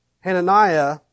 Hananiah